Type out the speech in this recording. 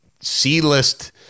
C-list